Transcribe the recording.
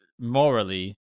morally